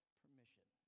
permission